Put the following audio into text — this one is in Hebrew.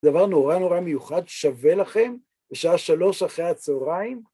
דבר נורא נורא מיוחד שווה לכם בשעה שלוש אחרי הצהריים.